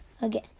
Again